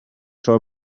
tro